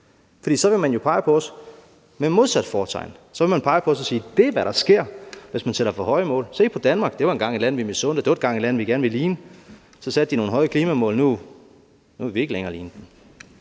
For så vil man jo pege på os med modsat fortegn og sige: Det er, hvad der sker, hvis man sætter for høje mål. Se på Danmark. Det var engang et land, vi misundte, det var engang et land, vi gerne ville ligne. Så satte de nogle høje klimamål, nu vil vi ikke længere ligne dem.